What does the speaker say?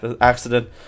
accident